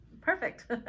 perfect